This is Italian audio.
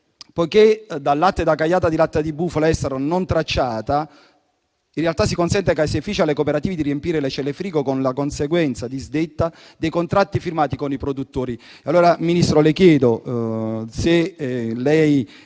invaso da latte e da cagliata di latte di bufala estera non tracciata, consentendo così ai caseifici e alle cooperative di riempire le celle frigo con la conseguente disdetta dei contratti firmati con i produttori,